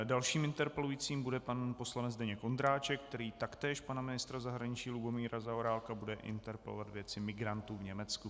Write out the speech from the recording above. Dalším interpelujícím bude pan poslanec Zdeněk Ondráček, který taktéž pana ministra zahraniční Lubomíra Zaorálka bude interpelovat ve věci migrantů v Německu.